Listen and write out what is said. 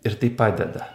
ir tai padeda